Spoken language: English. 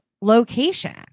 location